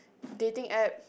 dating app